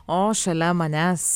o šalia manęs